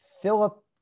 philip